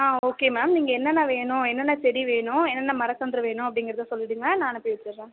ஆ okay ma'am நீங்கள் என்னென்ன வேணும் என்னென்ன செடி வேணும் என்னென்ன மரக்கன்று வேணும் அப்படிங்கறத சொல்லிவிடுங்க நான் அனுப்பிவச்சிடுறேன்